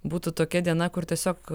būtų tokia diena kur tiesiog